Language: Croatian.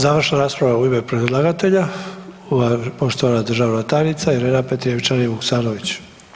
Završna rasprava u ime predlagatelja, poštovana državna tajnica Irena Petrijevčanin Vuksanović.